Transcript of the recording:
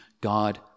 God